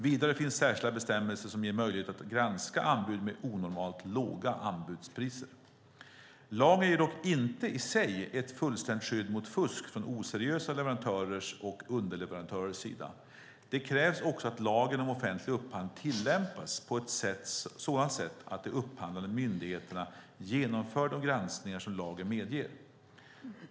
Vidare finns särskilda bestämmelser som ger möjlighet att granska anbud med onormalt låga anbudspriser. Lagen ger dock inte i sig ett fullständigt skydd mot fusk från oseriösa leverantörers och underleverantörers sida. Det krävs också att lagen om offentlig upphandling tillämpas på ett sådant sätt att de upphandlande myndigheterna genomför de granskningar som lagen medger.